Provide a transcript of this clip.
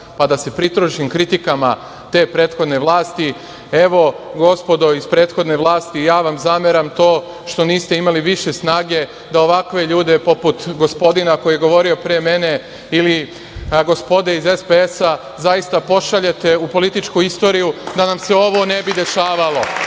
pa da se pridružim kritikama te prethodne vlasti, evo, gospodo iz prethodne vlasti, ja vam zameram to što niste imali više snage da ovakve ljude poput gospodina koji je govorio pre mene ili gospoda iz SPS-a zaista pošaljete u političku istoriju da nam se ovo ne bi dešavalo.